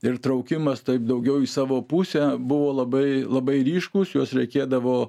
ir traukimas taip daugiau į savo pusę buvo labai labai ryškūs juos reikėdavo